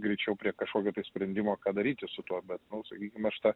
greičiau prie kažkokio tai sprendimo ką daryti su tuo bet nu sakykim aš tą